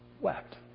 wept